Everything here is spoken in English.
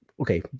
okay